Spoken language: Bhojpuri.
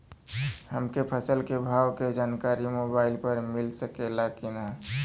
हमके फसल के भाव के जानकारी मोबाइल पर मिल सकेला की ना?